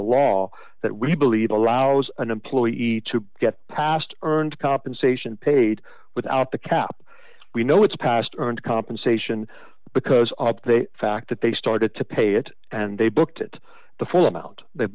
he law that we believe allows an employee easy to get past earned compensation paid without the cap we know it's passed on to compensation because up they fact that they started to pay it and they booked it the full amount they